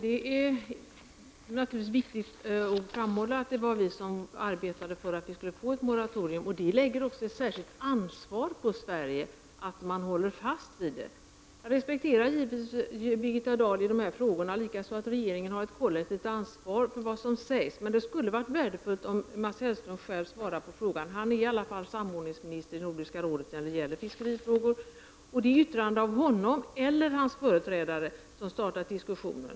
Fru talman! Det är naturligtvis viktigt att framhålla att det var vi som arbetade för att det skulle bli ett moratorium. Detta gör att det åvilar Sverige ett särskilt ansvar. Sverige måste hålla fast vid det. Jag respekterar givetvis Birgitta Dahl när det gäller dessa frågor, liksom att regeringen har ett kollektivt ansvar för vad som sägs. Det skulle emellertid ha varit värdefullt om Mats Hellström själv hade svarat på frågan. Han är i alla fall samordningsminister i Nordiska rådet när det gäller fiskerifrågor. Det är ju ett yttrande av honom eller av hans företrädare som har startat diskussionen.